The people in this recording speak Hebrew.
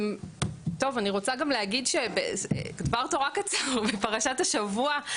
אני רוצה גם להגיד דבר תורה קצר מפרשת השבוע,